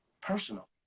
personal